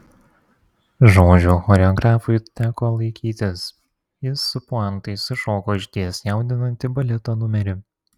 žodžio choreografui teko laikytis jis su puantais sušoko išties jaudinantį baleto numerį